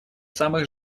самых